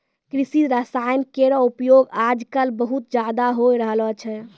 कृषि रसायन केरो उपयोग आजकल बहुत ज़्यादा होय रहलो छै